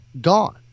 gone